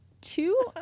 two